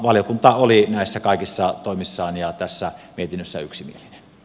valiokunta oli näissä kaikissa toimissaan ja tässä mietinnössä yksimielinen